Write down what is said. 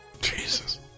Jesus